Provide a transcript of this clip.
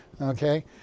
okay